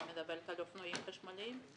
אני מדברת על אופנועים חשמליים.